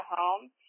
home